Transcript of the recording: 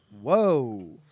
Whoa